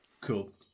Cool